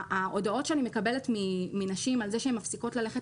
ההודעות שאני מקבלת מנשים על זה שהן מפסיקות ללכת